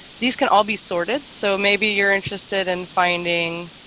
these can all be sorted so maybe you're interested in finding?